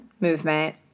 movement